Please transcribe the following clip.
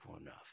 enough